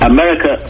America